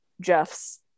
jeff's